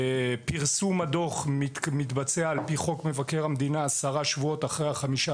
פרסום הדוח מתבצע על פי חוק מבקר המדינה עשרה שבועות לאחר ה-15